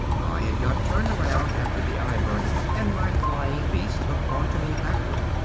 i had got turned around after the eye-burning and my flying beast hooked onto me backward.